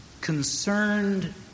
concerned